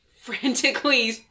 frantically